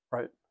Right